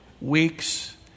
weeks